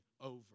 over